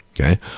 Okay